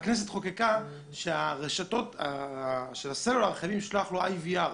הכנסת חוקקה שמפעילי הסלולר חייבים לשלוח IVR